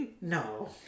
No